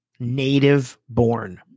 native-born